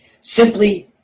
Simply